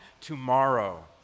tomorrow